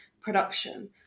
production